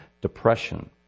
depression